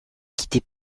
quitter